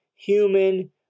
human